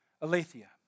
Aletheia